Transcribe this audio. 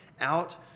out